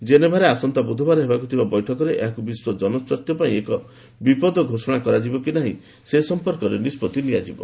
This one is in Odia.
ଜେନେଭାରେ ଆସନ୍ତା ବୁଧବାର ହେବାକୁ ଥିବା ବୈଠକରେ ଏହାକୁ ବିଶ୍ୱ ଜନସ୍ୱାସ୍ଥ୍ୟ ପାଇଁ ଏକ ବିପଦ ଘୋଷଣା କରାଯିବ କି ନୁହେଁ ସେ ସମ୍ପର୍କରେ ନିଷ୍ପଭି ନିଆଯିବ